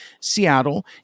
Seattle